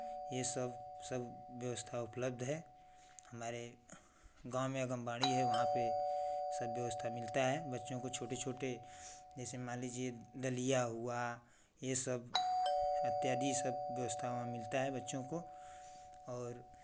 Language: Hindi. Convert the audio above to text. ये सब सब व्यवस्था उपलब्ध है हमारे गाँव में आंगनबाड़ी है वहाँ पे सब व्यवस्था मिलता है बच्चों को छोटे छोटे जैसे मान लीजिए दलिया हुआ ये सब इत्यादि सब व्यवस्था वहाँ मिलता है बच्चों को और